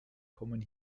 kommen